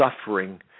suffering